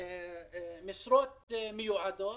משרות ייעודיות.